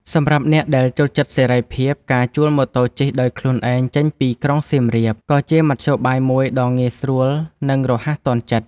សម្រាប់អ្នកដែលចូលចិត្តសេរីភាព ការជួលម៉ូតូជិះដោយខ្លួនឯងចេញពីក្រុងសៀមរាប ក៏ជាមធ្យោបាយមួយដ៏ងាយស្រួល និងរហ័សទាន់ចិត្ត។